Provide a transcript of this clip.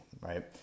right